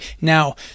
now